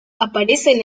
aparecen